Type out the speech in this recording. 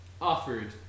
offered